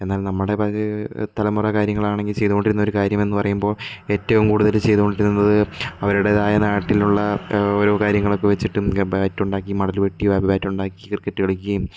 എന്നാൽ നമ്മുടെ പഴയ തലമുറ കാര്യങ്ങൾ ആണെങ്കിൽ ചെയ്തുകൊണ്ടിരുന്ന ഒരു കാര്യം എന്ന് പറയുമ്പോൾ ഏറ്റവും കൂടുതൽ ചെയ്തു കൊണ്ടിരുന്നത് അവരുടേതായ നാട്ടിലുള്ള ഓരോ കാര്യങ്ങളൊക്കെ വെച്ചിട്ടും ബാറ്റ് ഉണ്ടാക്കിയും മടല് വെട്ടി ബാറ്റ് ഉണ്ടാക്കി ക്രിക്കറ്റ് കളിക്കുകയും